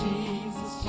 Jesus